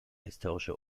historische